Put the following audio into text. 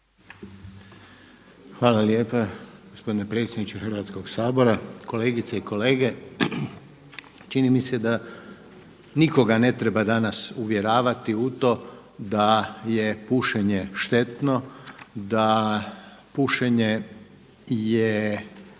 Hvala lijepa gospodine predsjedniče Hrvatskog sabora, kolegice i kolege. Čini mi se da nikoga ne treba danas uvjeravati u to da je pušenje štetno, da pušenje je